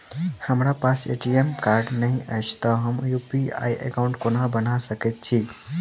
हमरा पास ATM card नहि अछि तए हम यु.पी.आई एकॉउन्ट कोना बना सकैत छी